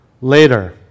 later